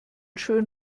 schön